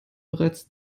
bereits